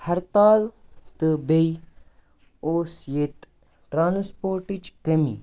ہرتال تہٕ بیٚیہِ اوس ییٚتہِ ٹرانَسپوٹٔچ کٔمی